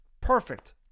Perfect